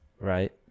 right